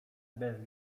bez